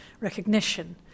recognition